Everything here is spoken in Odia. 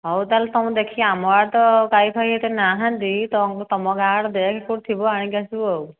ହଉ ତା'ହେଲେ ତୁମକୁ ଦେଖିକି ଆମ ଆଡେ ତ ଗାଈ ଫାଇ ଏତେ ନାହାନ୍ତି ତୁମ ତୁମ ଗାଁ ଆଡେ ଦେଖ କେଉଁଠି ଥିବ ଆଣିକି ଆସିବୁ ଆଉ